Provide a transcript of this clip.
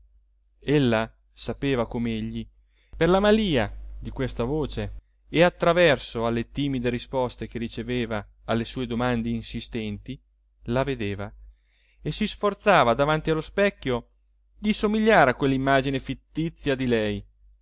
volto ella sapeva com'egli per la malìa di questa voce e attraverso alle timide risposte che riceveva alle sue domande insistenti la vedeva e si sforzava davanti allo specchio di somigliare a quell'immagine fittizia di lei